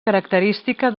característica